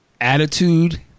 attitude